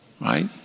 Right